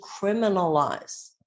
criminalize